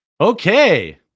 okay